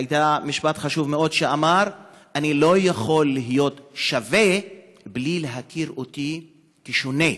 היה משפט חשוב מאוד: אני לא יכול להיות שווה בלי להכיר בי כשונה.